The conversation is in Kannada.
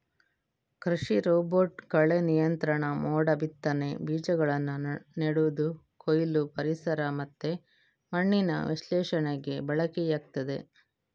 ಕೃಷಿ ರೋಬೋಟ್ ಕಳೆ ನಿಯಂತ್ರಣ, ಮೋಡ ಬಿತ್ತನೆ, ಬೀಜಗಳನ್ನ ನೆಡುದು, ಕೊಯ್ಲು, ಪರಿಸರ ಮತ್ತೆ ಮಣ್ಣಿನ ವಿಶ್ಲೇಷಣೆಗೆ ಬಳಕೆಯಾಗ್ತದೆ